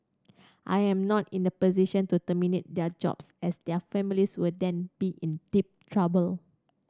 I am not in a position to terminate their jobs as their families will then be in deep trouble